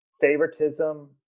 favoritism